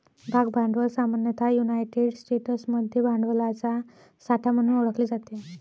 भाग भांडवल सामान्यतः युनायटेड स्टेट्समध्ये भांडवलाचा साठा म्हणून ओळखले जाते